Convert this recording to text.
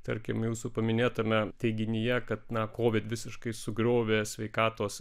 tarkim jūsų paminėtame teiginyje kad na kovid visiškai sugriovė sveikatos